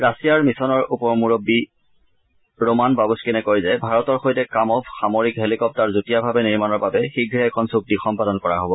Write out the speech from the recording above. ৰাছিয়াৰ মিছনৰ উপ মুৰববী ৰোমান বাবুস্থিনে কয় যে ভাৰতৰ সৈতে কাৰ্ম'ভ সামৰিক হেলিকপ্তাৰ যুটীয়াভাৱে নিৰ্মাণৰ বাবে শীঘ্ৰে এখন চুক্তি সম্পাদন কৰা হব